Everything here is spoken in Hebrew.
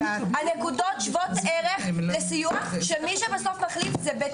הנקודות שוות ערך לסיוע של מי שבסוף מחליט זה בית הספר.